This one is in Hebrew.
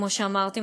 וכמו שאמרתי,